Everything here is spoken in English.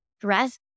dress